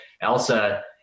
Elsa